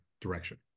direction